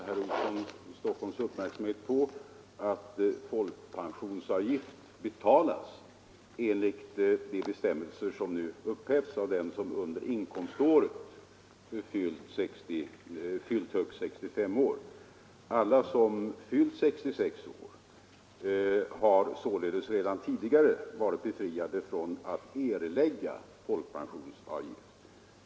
Herr talman! Jag vill fästa herr Olssons i Stockholm uppmärksamhet på att enligt de bestämmelser som nu upphävts betalades folkpensionsavgift av den som under inkomståret fyllt högst 65 år. Alla som har fyllt 66 år har således redan tidigare varit befriade från att erlägga folkpensionsavgift.